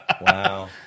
Wow